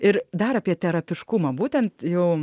ir dar apie terapiškumą būtent jau